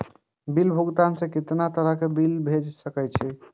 Bill भुगतान में कितना तरह के बिल भेज सके छी?